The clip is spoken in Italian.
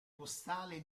postale